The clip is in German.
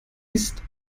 ist